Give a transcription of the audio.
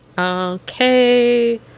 Okay